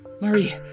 Marie